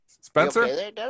Spencer